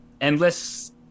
endless